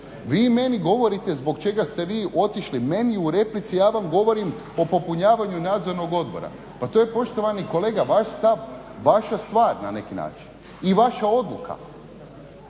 Vi meni govorite zbog čega ste vi otišli meni u replici, ja vam govorim o popunjavanju nadzornog odbora. Pa to je poštovani kolega vaš stav, vaša stvar na neki način i vaša odluka.